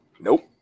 nope